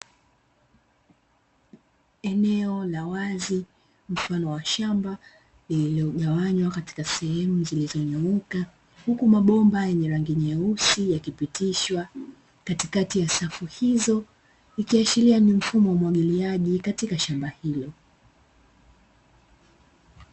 Eneo la wazi mfano wa shamba lililogawanywa katika sehemu zilizonyooka, huku mabomba yenye rangi nyeusi yakipitishwa katikati ya safu hizo, ikiashiria ni mfumo wa umwagiliaji katika shamba hilo.